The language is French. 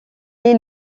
est